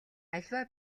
аливаа